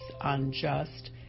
unjust